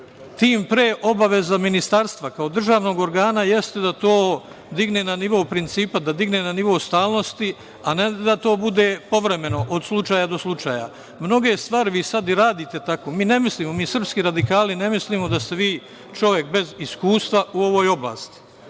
tim pre obaveza ministarstva kao državnog organa jeste da to digne na nivo principa, da digne na nivo stalnosti, a ne da to bude povremeno od slučaja do slučaja. Mnoge stvari vi sada i radite tako. Mi, srpski radikali, ne mislimo da ste vi čovek bez iskustva u ovoj oblasti.